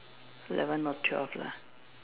eleven or twelve lah